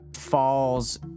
Falls